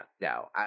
no